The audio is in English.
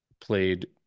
played